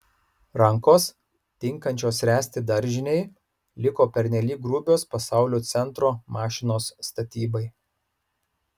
rankos tinkančios ręsti daržinei liko pernelyg grubios pasaulio centro mašinos statybai